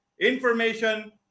information